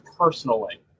personally